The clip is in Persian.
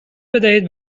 بدهید